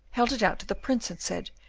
held it out to the prince and said,